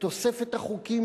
תוספת החוקים,